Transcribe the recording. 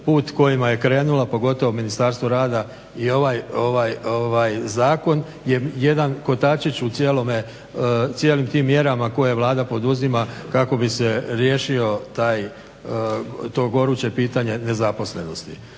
put kojim je krenula pogotovo Ministarstvu rada i ovaj zakon je jedan kotačić u cijelim tim mjerama koje Vlada poduzima kako bi se riješilo to goruće pitanje nezaposlenosti.